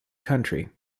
country